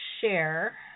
share